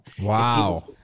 wow